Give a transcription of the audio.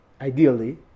ideally